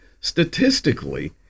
Statistically